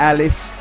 Alice